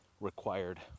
required